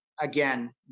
Again